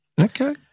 Okay